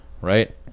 Right